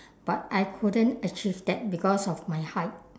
but I couldn't achieve that because of my height